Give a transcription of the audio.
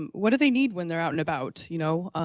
um what do they need when they're out and about, you know.